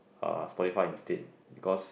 uh Spotify instead because